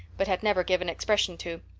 but had never given expression to.